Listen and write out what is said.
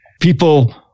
people